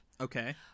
Okay